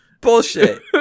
Bullshit